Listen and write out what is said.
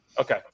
Okay